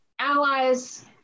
allies